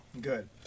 Good